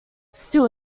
still